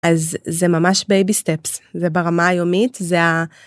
אז זה ממש בייבי סטפס, זה ברמה היומית, זה ה...